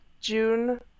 June